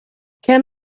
can